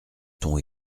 ton